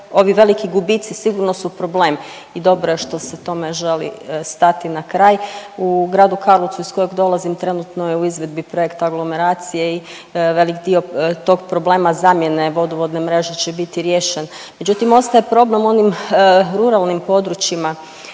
ovi veliki gubici sigurno su problem i dobro je što se tome želi stati na kraj. U gradu Karlovcu iz kojeg dolazim trenutno je u izvedbi projekt aglomeracije i velik dio tog problema, zamjene vodovodne mreže će biti riješen, međutim, ostaje problem u onim ruralnim područjima